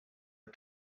are